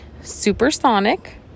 supersonic